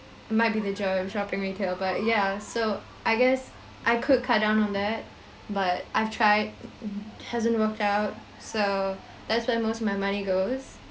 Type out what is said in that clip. might be the joy of shopping retail but ya so I guess I could cut down on that but I've tried hasn't worked out so that's where most of my money goes